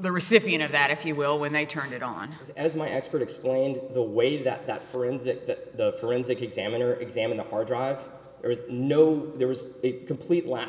the recipient of that if you will when they turn it on as my expert explained the way that that friends that the forensic examiner examine the hard drive know there was a complete lack